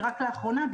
ורק לאחרונה,